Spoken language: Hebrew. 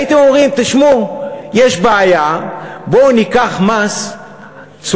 הייתם אומרים: תשמעו, יש בעיה, בואו ניקח מס צודק.